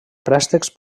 préstecs